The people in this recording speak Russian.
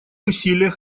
усилиях